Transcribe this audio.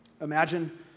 Imagine